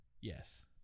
Yes